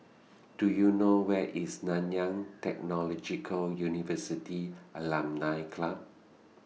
Do YOU know Where IS Nanyang Technological University Alumni Club